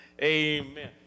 amen